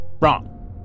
Wrong